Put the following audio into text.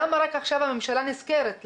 למה רק עכשיו הממשלה נזכרת?